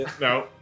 No